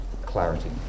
clarity